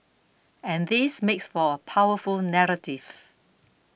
and this makes for a powerful narrative